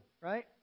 right